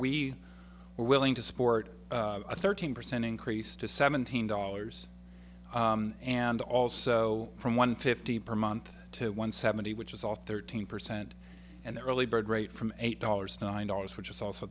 we are willing to support a thirteen percent increase to seventeen dollars and also from one fifty per month to one seventy which is all thirteen percent and the early bird rate from eight dollars nine dollars which is also